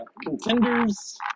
contenders